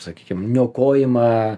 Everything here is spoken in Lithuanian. sakykim niokojimą